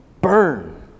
burn